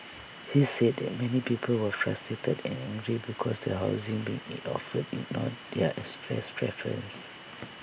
he said that many people were frustrated and angel because the housing being offered ignored their expressed preferences